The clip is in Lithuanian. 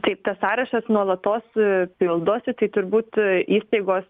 taip tas sąrašas nuolatos pildosi tai turbūt įstaigos